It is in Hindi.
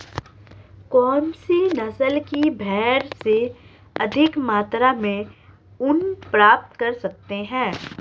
कौनसी नस्ल की भेड़ से अधिक मात्रा में ऊन प्राप्त कर सकते हैं?